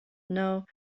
now